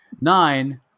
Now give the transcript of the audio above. Nine